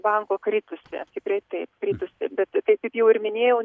banko krikusi tikrai taip kritusi bet kaip jau ir minėjau